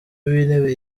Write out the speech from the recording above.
w’intebe